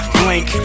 blink